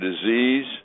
disease